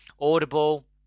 Audible